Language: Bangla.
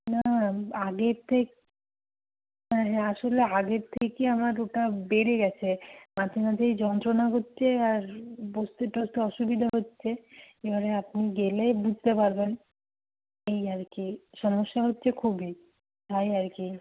না আগের হ্যাঁ হ্যাঁ আসলে আগের থেকে আমার ওটা বেড়ে গেছে মাঝে মাঝেই যন্ত্রণা হচ্ছে আর বসতে টসতে অসুবিধা হচ্ছে এবারে আপনি গেলে বুঝতে পারবেন এই আর কি সমস্যা হচ্ছে খুবই তাই আর কি